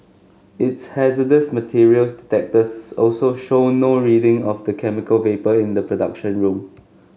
its hazardous materials detectors also showed no reading of the chemical vapour in the production room